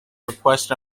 requested